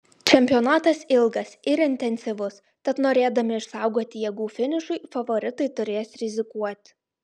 čempionatas ilgas ir intensyvus tad norėdami išsaugoti jėgų finišui favoritai turės rizikuoti